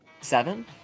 Seven